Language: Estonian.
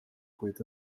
kuid